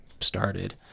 started